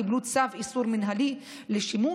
קיבלו צו איסור מינהלי לשימוש.